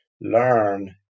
learn